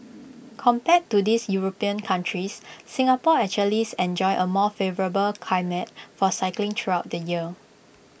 compared to these european countries Singapore actually enjoys A more favourable climate for cycling throughout the year